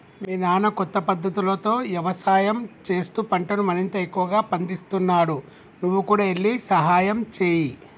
మీ నాన్న కొత్త పద్ధతులతో యవసాయం చేస్తూ పంటను మరింత ఎక్కువగా పందిస్తున్నాడు నువ్వు కూడా ఎల్లి సహాయంచేయి